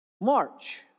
March